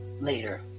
later